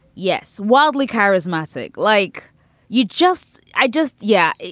yes, wildly charismatic. like you just. i just yeah.